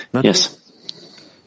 Yes